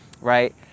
right